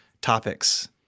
topics